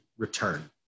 Return